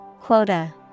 Quota